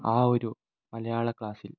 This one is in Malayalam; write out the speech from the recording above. ആ ഒരു മലയാള ക്ലാസ്സിൽ